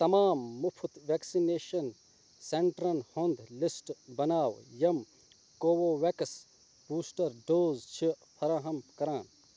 تمام مُفٕط ویکسِنیشن سینٹرن ہُنٛد لسٹ بناو یِم کو وَو ویٚکٕس بوٗسٹر ڈوز چھِ فراہَم کران